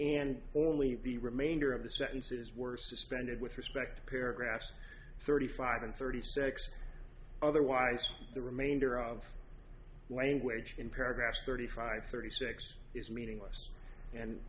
and orally the remainder of the sentences were suspended with respect paragraphs thirty five and thirty six otherwise the remainder of language in paragraph thirty five thirty six is meaningless and